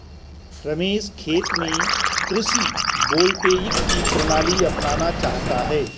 रमेश खेत में कृषि वोल्टेइक की प्रणाली अपनाना चाहता है